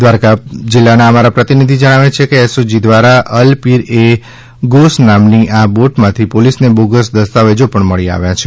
દ્વારકા જિલ્લાના અમારા પ્રતિનિધિ જણાવે છે કે એસઓજી દ્વારા અલ પીર એ ગોસ નામની આ બોટમાંથી પોલીસને બોગસ દસ્તાવેજો પણ મળી આવ્યા છે